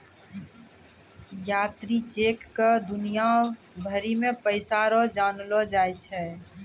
यात्री चेक क दुनिया भरी मे पैसा रो जानलो जाय छै